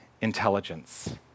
intelligence